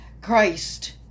Christ